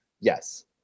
yes